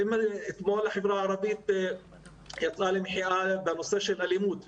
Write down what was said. אתמול החברה הערבית יצאה במחאה בנושא של האלימות.